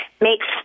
makes